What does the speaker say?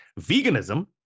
Veganism